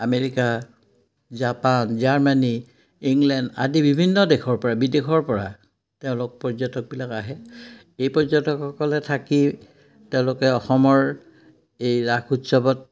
America Japan Germany England আদি বিভিন্ন দেশৰপৰা বিদেশৰপৰা তেওঁলোক পৰ্যটকবিলাক আহে এই পৰ্যটকসকলে থাকি তেওঁলোকে অসমৰ এই ৰাস উৎসৱত